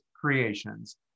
creations